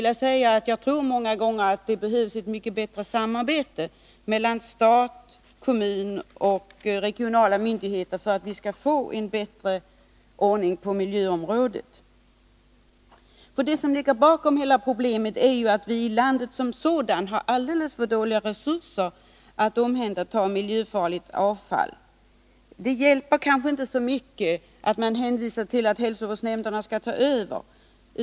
Jag tror att det många gånger behövs mycket bättre samarbete mellan stat, kommun och regionala myndigheter för att vi skall få en bättre ordning på miljöområdet. Det som ligger bakom hela problemet är att vi i landet som sådant har alldeles för dåliga resurser att omhänderta miljöfarligt avfall. Så det hjälper kanske inte så mycket att man hänvisar till att hälsovårdsnämnderna skall ta över.